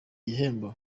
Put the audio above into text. gihembo